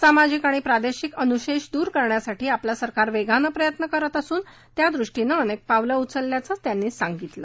सामाजिक आणि प्रादेशिक अनुशेष दूर करण्यासाठी आपलं सरकार वेगानं प्रयत्न करत असून त्यादृष्टीनं अनेक पावलं उचलल्याचं त्यांनी सांगितलं